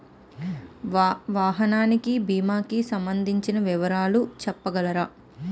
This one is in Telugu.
వాహనానికి భీమా కి సంబందించిన వివరాలు చెప్పగలరా?